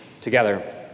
together